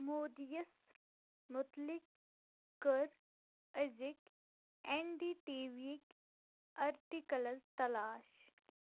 مودی یس مُتلِق کٔر أزِکۍ این ڈی ٹی وی یِکۍ آرٹِکلز تلاش